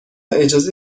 اجازه